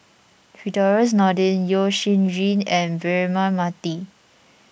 Firdaus Nordin Yeo Shih Yun and Braema Mathi